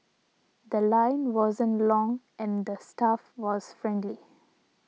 The Line wasn't long and the staff was friendly